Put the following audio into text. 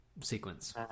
sequence